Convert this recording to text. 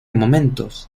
momentos